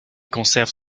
conserve